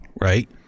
right